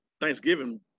Thanksgiving